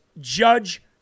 Judge